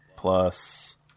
plus